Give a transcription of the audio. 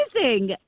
amazing